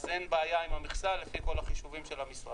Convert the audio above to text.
אז אין בעיה עם המכסה, לפי כל החישובים של המשרד.